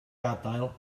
gadael